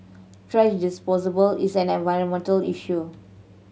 thrash disposal is an environmental issue